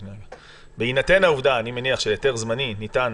בהינתן העובדה שגם היתר זמני ניתן